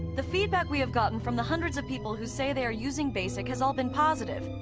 the feedback we have gotten from the hundreds of people who say they are using basic has all been positive.